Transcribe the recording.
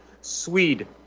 swede